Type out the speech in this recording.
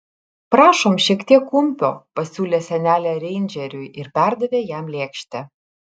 prašom šiek tiek kumpio pasiūlė senelė reindžeriui ir perdavė jam lėkštę